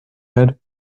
head